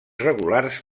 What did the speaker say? regulars